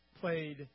played